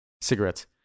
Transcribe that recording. Cigarettes